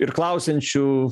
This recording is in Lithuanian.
ir klausiančių